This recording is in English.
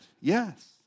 yes